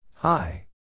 Hi